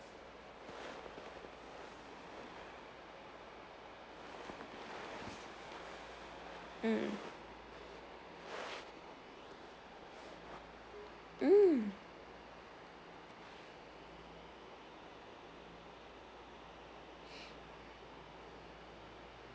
mm mm